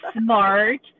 smart